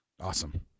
Awesome